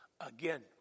again